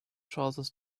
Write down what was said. trousers